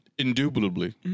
Indubitably